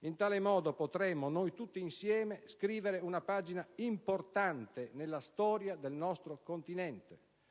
In tal modo potremo, noi tutti insieme, scrivere una pagina importante nella storia del nostro continente,